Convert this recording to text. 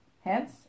Hence